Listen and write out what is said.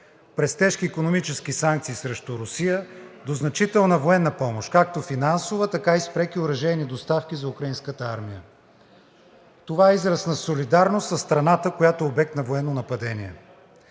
през тежки икономически санкции срещу Русия, до значителна военна помощ – както финансова, така и с преки оръжейни доставки за Украинската армия. Това е израз на солидарност със страната, която е обект на военно нападение.